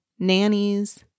nannies